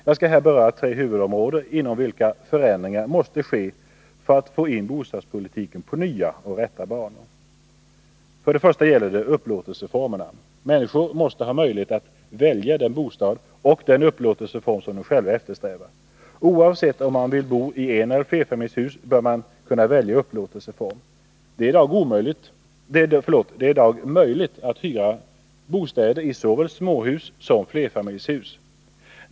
Jag skall här beröra tre huvudområden inom vilka förändringar måste ske för att man skall få in bostadspolitiken på nya och rätta banor. Först och främst gäller det upplåtelseformerna. Människor måste ha möjlighet att välja den bostad och den upplåtelseform som de själva eftersträvar. Oavsett om man vill bo i eneller flerfamiljshus bör man kunna välja upplåtelseform. Det är i dag möjligt att hyra bostäder i såväl småhus som flerfamiljshus.